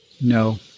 no